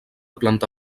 planta